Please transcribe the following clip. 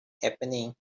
happening